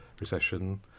recession